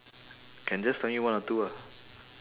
can just tell me one or two ah